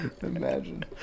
imagine